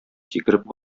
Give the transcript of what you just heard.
сикереп